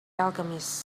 alchemist